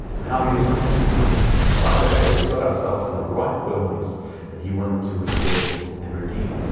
how he is patient with us, in spite of the fact that we got ourselves in a right well mess that he wanted to restore and redeem.